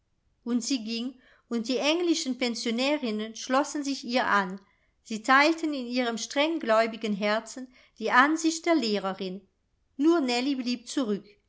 und sie ging und die englischen pensionärinnen schlossen sich ihr an sie teilten in ihrem strenggläubigen herzen die ansicht der lehrerin nur nellie blieb zurück